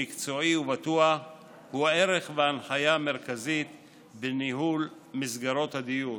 מקצועי ובטוח הוא הערך בהנחיה המרכזית של ניהול מסגרות הדיור.